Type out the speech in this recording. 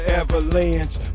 avalanche